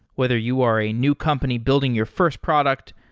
whether you are a new company building your first product,